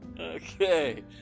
Okay